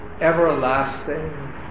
everlasting